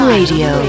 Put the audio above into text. Radio